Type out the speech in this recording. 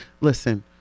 Listen